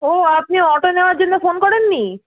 ও আপনি অটো নেওয়ার জন্য ফোন করেননি